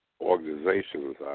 organizations